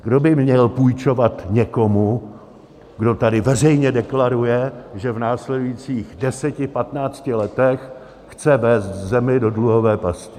Kdo by měl půjčovat někomu, kdo tady veřejně deklaruje, že v následujících deseti patnácti letech chce vést zemi do dluhové pasti?